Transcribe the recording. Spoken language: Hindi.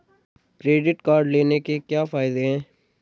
क्रेडिट कार्ड लेने के क्या फायदे हैं?